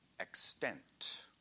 extent